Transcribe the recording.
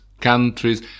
countries